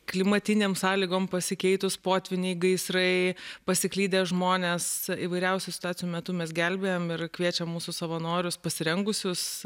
klimatinėm sąlygom pasikeitus potvyniai gaisrai pasiklydę žmonės įvairiausių situacijų metu mes gelbėjam ir kviečiam mūsų savanorius pasirengusius